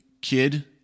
kid